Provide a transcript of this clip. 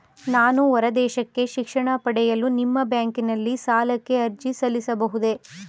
ನಾನು ಹೊರದೇಶಕ್ಕೆ ಶಿಕ್ಷಣ ಪಡೆಯಲು ನಿಮ್ಮ ಬ್ಯಾಂಕಿನಲ್ಲಿ ಸಾಲಕ್ಕೆ ಅರ್ಜಿ ಸಲ್ಲಿಸಬಹುದೇ?